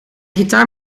gitaar